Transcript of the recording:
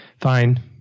Fine